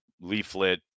leaflet